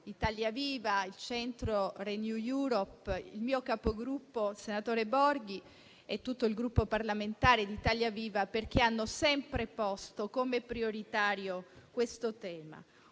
Italia Viva-Il Centro-Renew Europe, il mio capogruppo, senatore Enrico Borghi, e tutto il Gruppo parlamentare Italia Viva, perché hanno sempre posto come prioritario questo tema.